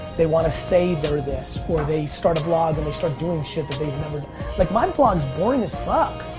they want to say they're this or they start a vlog and they start doing shit that they never like my vlog's boring as fuck!